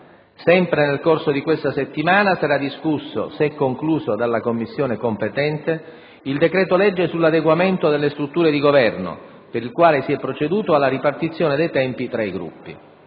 Sempre nel corso di questa settimana sarà discusso, se concluso dalla Commissione competente, il decreto-legge sull'adeguamento delle strutture di Governo, per il quale si è proceduto alla ripartizione dei tempi tra i Gruppi.